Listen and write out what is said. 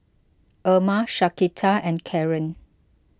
Erma Shaquita and Karren